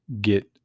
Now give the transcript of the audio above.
get